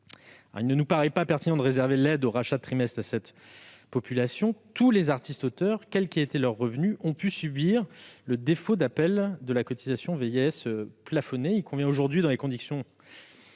Il ne nous paraît pas pertinent de restreindre ainsi l'aide au rachat de trimestres, tous les artistes-auteurs, quels qu'aient été leurs revenus, ayant pu subir le défaut d'appel de la cotisation vieillesse plafonnée. Il convient aujourd'hui, dans des conditions